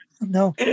no